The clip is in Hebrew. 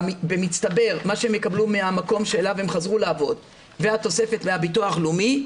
במצטבר מה שהם יקבלו מהמקום אליו הם חזרו לעבוד והתוספת מהביטוח הלאומי,